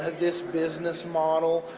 ah this business model,